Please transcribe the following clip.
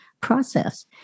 process